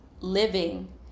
living